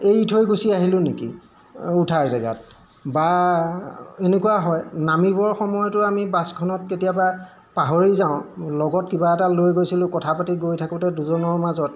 এই থৈ গুচি আহিলোঁ নেকি উঠাৰ জেগাত বা এনেকুৱা হয় নামিবৰ সময়তো আমি বাছখনত কেতিয়াবা পাহৰি যাওঁ লগত কিবা এটা লৈ গৈছিলোঁ কথা পাতি গৈ থাকোঁতে দুজনৰ মাজত